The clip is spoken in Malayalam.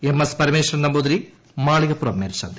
എം എസ് പരമേശ്വരൻ നമ്പൂതിരി മാളികപ്പുറം മേൽശാന്തി